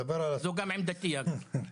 הבנתי.